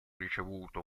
ricevuto